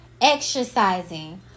exercising